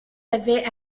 avait